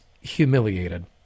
humiliated